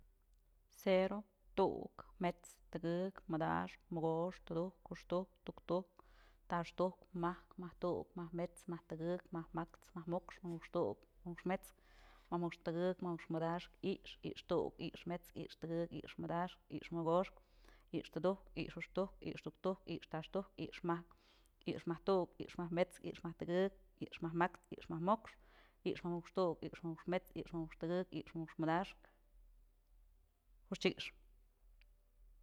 Cero, tu'ukë, met'skë, tëkëk, madaxkë, mokoxk, tudujkë, juxtujkë, tuktujk, taxtujk, majkë, majk tu'uk, majk mets'kë, majk tëkëk, majk ma'ax, majk mo'ox, majk mo'ox tu'uk, majk mo'ox met´s kë, majk mo'ox tëkëk, majk mo'ox madaxkë, i'ixë, i'ixë tu'uk, i'ixë met'skë, i'ixë tëkëk, i'ixë madaxkë, i'ixë mogoxkë, i'ixë tudujk, i'ixë juxtujk, i'ixë tuktujk, i'ixë taxtujk i'ixë majkë, i'ixë majkë tu'ukë, i'ixë majkë met'skë, i'ixë majkë tëkëk, i'ixë majkë makxë, i'ixë majkë mo'ox, i'ixë majkë mo'ox tu'ukë, i'ixë majkë mo'ox met'skë, i'ixë majkë mo'ox tëkëk, i'ixë majkë mo'ox madaxkë, juxtyëkyëx.